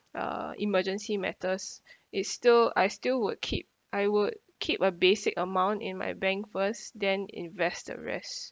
uh emergency matters it still I still would keep I would keep a basic amount in my bank first then invest the rest